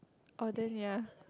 oh then ya